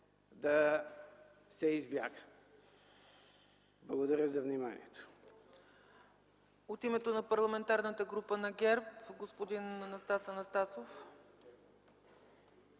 да се избяга! Благодаря за вниманието.